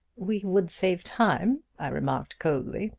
we would save time, i remarked coldly,